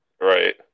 Right